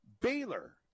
Baylor